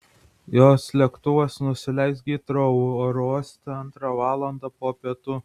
jos lėktuvas nusileis hitrou oro uoste antrą valandą po pietų